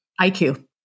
IQ